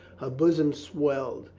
her bosom swelled.